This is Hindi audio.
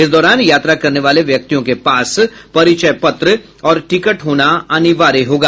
इस दौरान यात्रा करने वाले व्यक्तियों के पास परिचय पत्र और टिकट होना अनिवार्य होगा